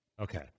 Okay